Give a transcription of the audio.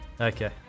Okay